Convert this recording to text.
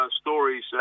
stories